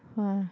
!wah!